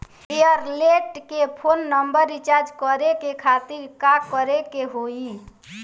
Airtel के phone number recharge करे के खातिर का करे के होई?